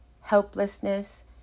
helplessness